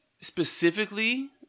specifically